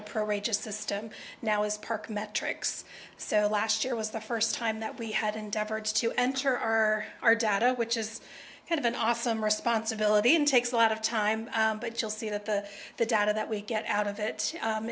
just system now is park metrics so last year was the first time that we had endeavored to enter our our data which is kind of an awesome responsibility and takes a lot of time but you'll see that the the data that we get out of it